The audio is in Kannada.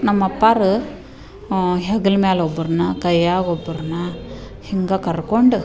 ನಮ್ಮ ಅಪ್ಪಾವ್ರು ಹೆಗಲ ಮ್ಯಾಲೆ ಒಬ್ಬರನ್ನ ಕೈಯಾಗೆ ಒಬ್ಬರನ್ನ ಹಿಂಗೆ ಕರ್ಕೊಂಡು